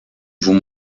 vous